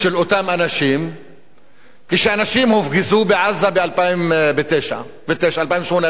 אנשים כשאנשים הופגזו בעזה ב-2008 2009,